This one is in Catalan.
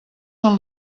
són